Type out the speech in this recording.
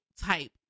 type